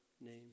name